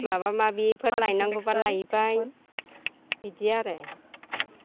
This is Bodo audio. माबा माबिफोर लायनांगौब्ला लायबाय बिदि आरो